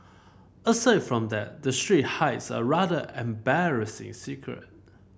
aside from that the street hides a rather embarrassing secret